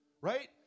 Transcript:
Right